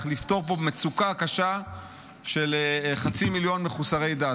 לפתור פה מצוקה קשה של חצי מיליון מחוסרי דת.